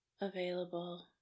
available